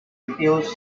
heels